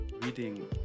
Reading